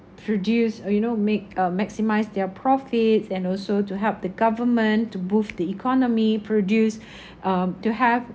produce or you know make uh maximise their profits and also to help the government to boost the economy produce um to have